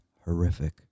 horrific